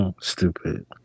Stupid